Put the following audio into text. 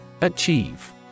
Achieve